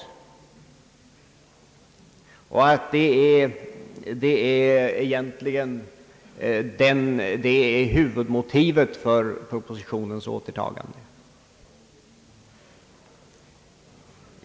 Det är huvudmotivet för propositionens återtagande.